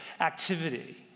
activity